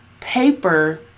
paper